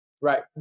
right